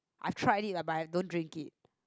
I tried it lah but I don't drink it